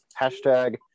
Hashtag